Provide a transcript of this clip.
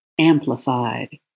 amplified